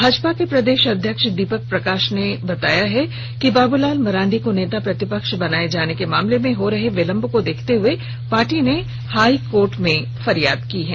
भाजपा के प्रदेश अध्यक्ष दीपक प्रकाश ने बताया कि बाबूलाल मरांडी को नेता प्रतिपक्ष बनाए जाने के मामले में हो रहे विलम्ब को देखते हुए पार्टी ने हाईकोर्ट में फरियाद की है